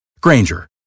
Granger